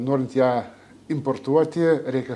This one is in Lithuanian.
norint ją importuoti reikia